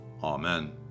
Amen